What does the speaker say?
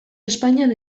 espainian